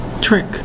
Trick